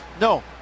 No